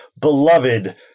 beloved